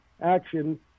action